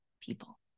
people